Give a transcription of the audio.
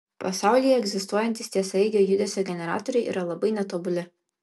pasaulyje egzistuojantys tiesiaeigio judesio generatoriai yra labai netobuli